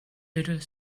little